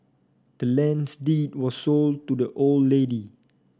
the land's deed was sold to the old lady